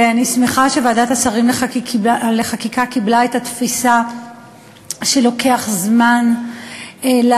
ואני שמחה שוועדת השרים לחקיקה קיבלה את התפיסה שלוקח זמן להפנים,